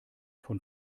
von